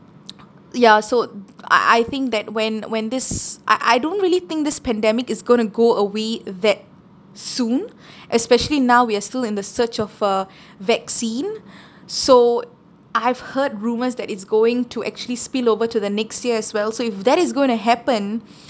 ya so I I think that when when this I I don't really think this pandemic is going to go away that soon especially now we are still in the search of uh vaccine so I have heard rumours that it's going to actually spill over to the next year as well so if that is going to happen